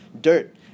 dirt